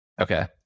Okay